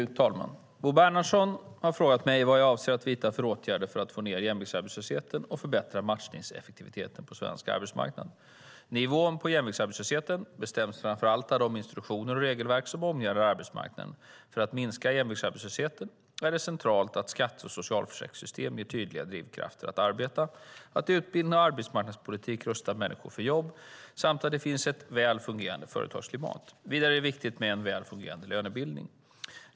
Fru talman! Bo Bernhardsson har frågat mig vad jag avser att vidta för åtgärder för att få ned jämviktsarbetslösheten och förbättra matchningseffektiviteten på den svenska arbetsmarknaden. Nivån på jämviktsarbetslösheten bestäms framför allt av de institutioner och regelverk som omgärdar arbetsmarknaden. För att minska jämviktsarbetslösheten är det centralt att skatte och socialförsäkringssystemet ger tydliga drivkrafter att arbeta, att utbildnings och arbetsmarknadspolitiken rustar människor för jobb samt att det finns ett väl fungerade företagsklimat. Vidare är det viktigt med en väl fungerade lönebildning.